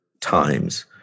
times